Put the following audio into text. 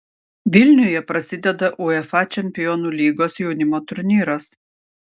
vilniuje prasideda uefa čempionų lygos jaunimo turnyras